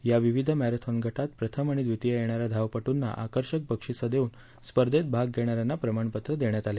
या विविध मेरॉथॉन गटात प्रथम आणि द्वितीय येणाऱ्या धावपटूंना आकर्षक बक्षीस देऊन स्पर्धेत भाग घेणाऱ्यांना प्रमाणपत्र देण्यात आले